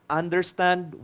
understand